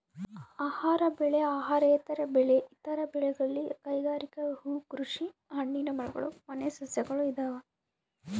ಆಹಾರ ಬೆಳೆ ಅಹಾರೇತರ ಬೆಳೆ ಇತರ ಬೆಳೆಗಳಲ್ಲಿ ಕೈಗಾರಿಕೆ ಹೂಕೃಷಿ ಹಣ್ಣಿನ ಮರಗಳು ಮನೆ ಸಸ್ಯಗಳು ಇದಾವ